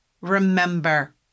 remember